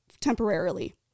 temporarily